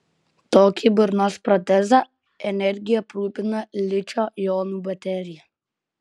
tokį burnos protezą energija aprūpina ličio jonų baterija